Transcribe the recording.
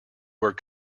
word